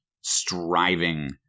striving